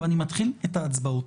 אבל אני מתחיל את ההצבעות.